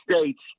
States